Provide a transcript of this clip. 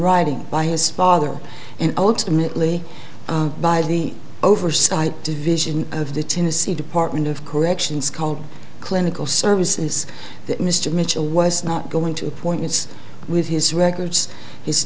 writing by his father and ultimately by the oversight division of the tennessee department of corrections called clinical services that mr mitchell was not going to appointments with his records his